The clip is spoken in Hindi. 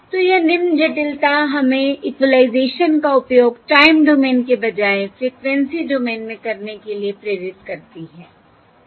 तो यह निम्न जटिलता हमें इक्वलाइजेशन का उपयोग टाइम डोमेन के बजाय फ़्रीक्वेंसी डोमेन में करने के लिए प्रेरित करती है